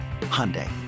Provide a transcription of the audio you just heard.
Hyundai